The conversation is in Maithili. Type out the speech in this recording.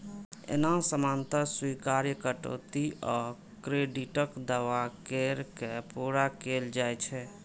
एना सामान्यतः स्वीकार्य कटौती आ क्रेडिटक दावा कैर के पूरा कैल जाइ छै